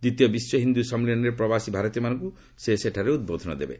ଦ୍ୱିତୀୟ ବିଶ୍ୱ ହିନ୍ଦୁ ସମ୍ମିଳନୀରେ ପ୍ରବାସୀ ଭାରତୀୟମାନଙ୍କୁ ସେ ସେଠାରେ ଉଦ୍ବୋଧନ ଦେବେ